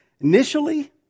Initially